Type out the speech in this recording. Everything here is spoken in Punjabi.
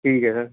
ਠੀਕ ਹੈ ਸਰ